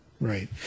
Right